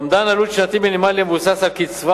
אומדן עלות שנתי מינימלי המבוסס על קצבה